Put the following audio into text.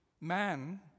Man